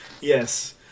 yes